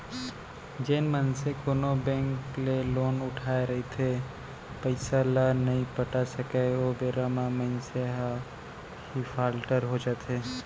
जेन मनसे कोनो बेंक ले लोन उठाय रहिथे पइसा ल नइ पटा सकय ओ बेरा म मनसे ह डिफाल्टर हो जाथे